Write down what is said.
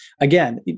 again